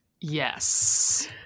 Yes